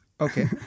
Okay